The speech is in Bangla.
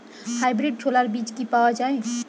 হাইব্রিড ছোলার বীজ কি পাওয়া য়ায়?